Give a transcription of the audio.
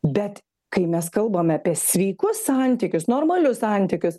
bet kai mes kalbame apie sveikus santykius normalius santykius